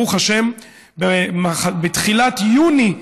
ברוך השם, בתחילת יוני,